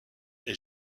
est